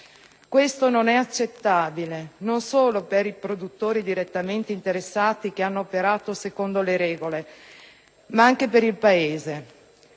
Questo non è accettabile, non solo per i produttori direttamente interessati che hanno operato secondo le regole, ma anche per il Paese.